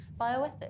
bioethics